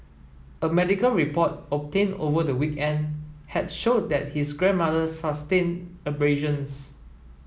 a medical report obtained over the weekend had showed that his grandmother sustained abrasions